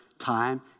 time